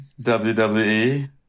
WWE